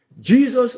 Jesus